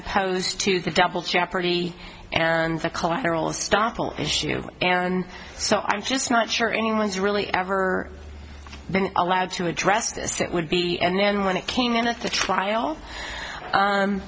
opposed to the double jeopardy and the collateral estoppel issue and so i'm just not sure anyone is really ever been allowed to address this it would be and then when it came into the trial